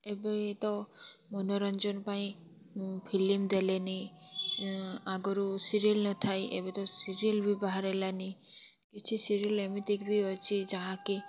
ଏବେ ତ ମନୋରଞ୍ଜନ ପାଇଁ ଫିଲ୍ମ ଦେଲେନି ଆଗରୁ ସିରିଏଲ ନଥାଏ ଏବେ ତ ସିରିଏଲ ବି ବାହାରିଲାନି କିଛି ସିରିଏଲ ଏମିତି ବି ଅଛି ଯାହାକି